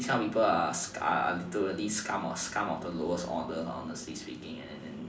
these kind of people are really literally scum of scum of the lowest order honestly speaking